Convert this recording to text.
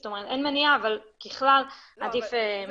זאת אומרת, אין מניעה, אבל ככלל זה עדיף מבחינתנו.